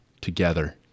together